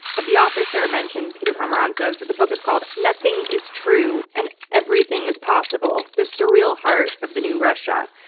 of the author sarah mentioned, peter pomerantsev, the book is called nothing is true and everything is possible the surreal heart of the new russia.